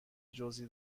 جزئی